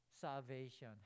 salvation